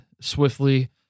swiftly